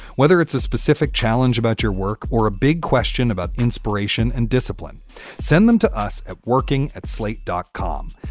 whether it's a specific challenge about your work or a big question about inspiration and discipline send them to us at working at slate dot com.